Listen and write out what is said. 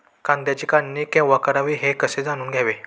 कांद्याची काढणी केव्हा करावी हे कसे जाणून घ्यावे?